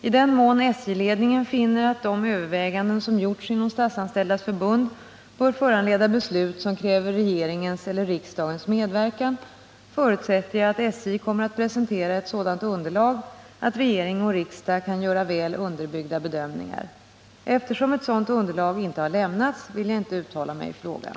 I den mån SJ-ledningen finner att de överväganden som gjorts inom Statsanställdas förbund bör föranleda beslut som 'kräver regeringens eller riksdagens medverkan, förutsätter jag att SJ kommer att presentera ett sådant underlag att regering och riksdag kan göra väl underbyggda bedömningar. Eftersom ett sådant underlag inte har lämnats, vill jag inte uttala mig i frågan.